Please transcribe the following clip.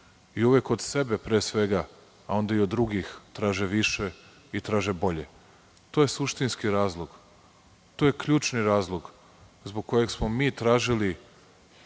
i uvek od sebe, pre svega, a onda i od drugih traže više i traže bolje. To je suštinski razlog, to je ključni razlog zbog kojeg smo mi tražili